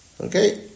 Okay